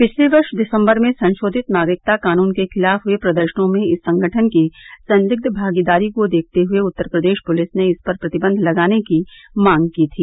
पिछले वर्ष दिसम्बर में संशोधित नागरिकता कानून के खिलाफ हुए प्रदर्शनों में इस संगठन की संदिग्ध भागीदारी को देखते हुए उत्तरप्रदेश पुलिस ने इस पर प्रतिबंध लगाने की मांग की थी